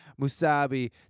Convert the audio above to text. Musabi